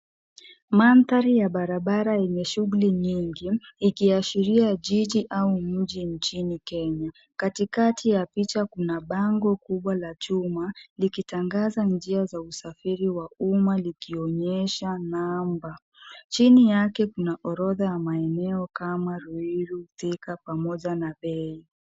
Mandhari ya barabara yenye shughuli nyingi ikiashiria jiji au mji nchini Kenya. Katikati ya picha kuna bango kubwa la chuma likitangaza njia za usafiri wa umma likionyesha namba. Chini yake kuna orodha ya maeneo kama Ruiru, Thika, pamoja na bei.